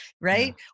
right